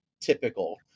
typical